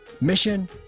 Mission